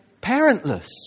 parentless